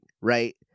right